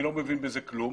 אני לא מבין בזה כלום.